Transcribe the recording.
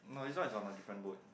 not this one is on my different boat